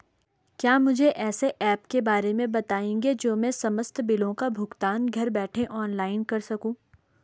क्या मुझे ऐसे ऐप के बारे में बताएँगे जो मैं समस्त बिलों का भुगतान घर बैठे ऑनलाइन कर सकूँ?